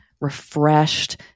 refreshed